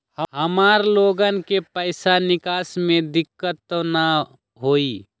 हमार लोगन के पैसा निकास में दिक्कत त न होई?